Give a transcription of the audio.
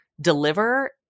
deliver